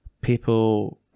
people